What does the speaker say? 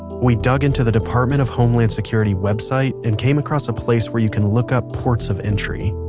we dig into the department of homeland security website and came across a place where you can look up ports of entry.